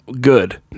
good